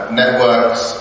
networks